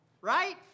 right